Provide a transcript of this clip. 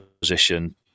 position